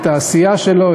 את העשייה שלו,